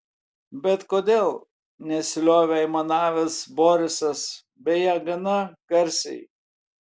bet kodėl nesiliovė aimanavęs borisas beje gana garsiai